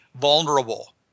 vulnerable